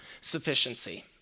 sufficiency